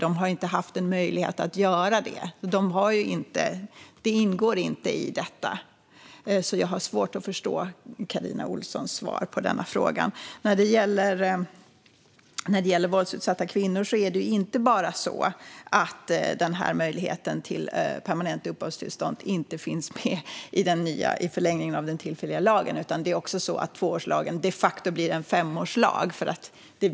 De har inte haft möjlighet att göra det. Det ingår inte i detta, så jag har svårt att förstå Carina Ohlssons svar på den frågan. När det gäller våldsutsatta kvinnor är det inte bara så att den här möjligheten till permanenta uppehållstillstånd inte finns med i förlängningen av den tillfälliga lagen, utan det är också så att tvåårslagen de facto blir en femårslag.